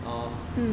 orh